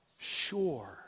sure